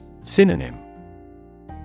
Synonym